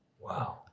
Wow